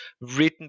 written